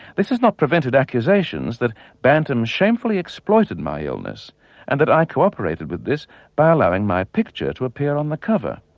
this has not prevented accusations that bantam shamefully exploited my illness and that i cooperated with this by allowing my picture to appear on the cover.